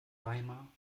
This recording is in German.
weimar